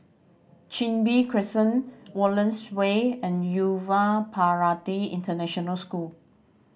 Chin Bee Crescent Wallace Way and Yuva Bharati International School